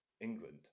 England